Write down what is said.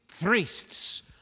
priests